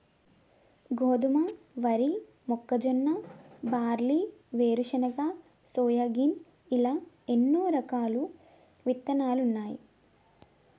గోధుమ, వరి, మొక్కజొన్న, బార్లీ, వేరుశనగ, సోయాగిన్ ఇలా ఎన్నో రకాలు ఇత్తనాలున్నాయి